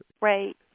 Right